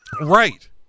Right